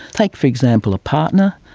like for example, a partner,